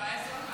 מבאס אותך